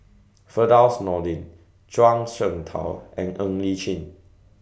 Firdaus Nordin Zhuang Shengtao and Ng Li Chin